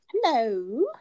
hello